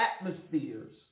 atmospheres